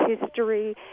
history